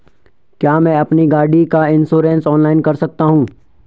क्या मैं अपनी गाड़ी का इन्श्योरेंस ऑनलाइन कर सकता हूँ?